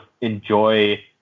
enjoy